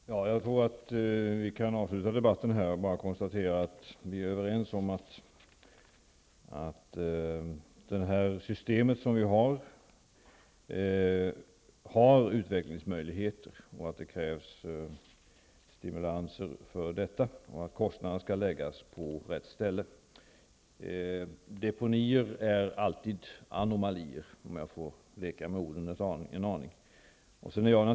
Herr talman! Jag tror att vi kan avsluta debatten här och konstatera att vi är överens om att det finns utvecklingsmöjligheter hos det system som vi har och att det krävs stimulanser för detta. Kostnaderna skall läggas på rätt ställe. Deponier är alltid anomalier, om jag får leka med orden.